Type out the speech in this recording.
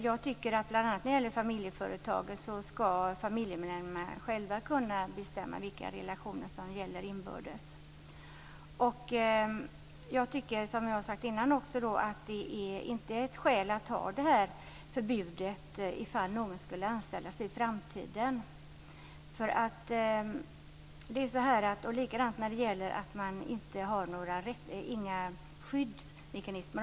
När det gäller familjeföretagen tycker jag att familjemedlemmarna själva ska kunna bestämma vilka relationer som ska gälla inbördes. Som jag sagt tidigare tycker jag inte att det är ett skäl att ha detta förbud för det fall någon skulle anställas i framtiden. Om man inte har ett kollektivavtal finns inga skyddsmekanismer.